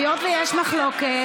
היות שיש מחלוקת,